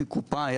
כקופה,